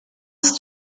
ist